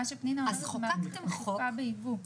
מה שפנינה אומרת, זה על מערכת אכיפה בייבוא.